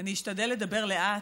אני אשתדל לדבר לאט.